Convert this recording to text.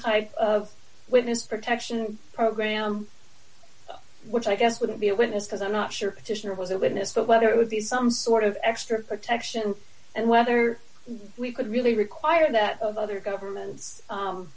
type of witness protection program which i guess wouldn't be a witness because i'm not sure petitioner was a witness but whether it would be some sort of extra protection and whether we could really require that of other governments